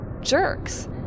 jerks